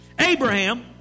Abraham